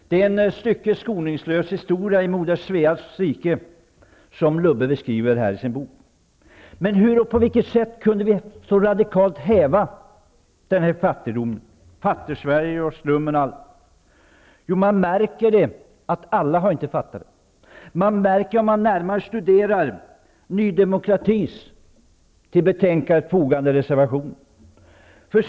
Det är ett stycke skoningslös historia i Moder Sveas rike som Lubbe beskrev i sin bok. Men hur och på vilket sätt kunde vi så radikalt häva denna fattigdom och komma till rätta med Fattigsverige, slummen och allt? Man märker att inte alla har fattat det. Man märker det om man närmare studerar Ny demokratis till betänkandet fogade reservation.